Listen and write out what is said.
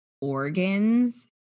organs